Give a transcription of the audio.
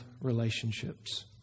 relationships